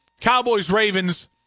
Cowboys-Ravens